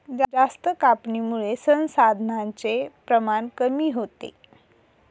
जास्त कापणीमुळे संसाधनांचे प्रमाण कमी होते